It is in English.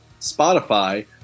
Spotify